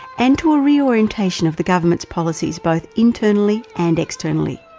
and to a reorientation of the government's policies both internally and externally.